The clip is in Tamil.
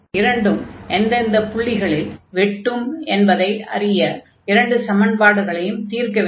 இரண்டும் எந்தெந்தப் புள்ளிகளில் வெட்டும் என்பதை அறிய இரண்டு சமன்பாடுகளையும் தீர்க்க வேண்டும்